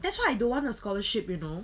that's why I don't want the scholarship you know